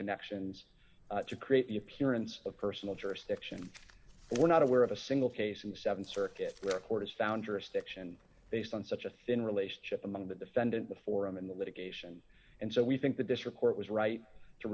connections to create the appearance of personal jurisdiction were not aware of a single case of the seven circuit court is found or a stiction based on such a thin relationship among the defendant the forum in the litigation and so we think that this report was right to